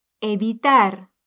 Evitar